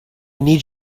need